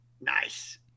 Nice